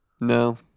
No